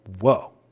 Whoa